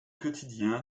quotidien